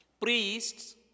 Priests